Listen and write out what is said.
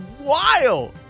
wild